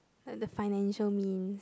like the financial means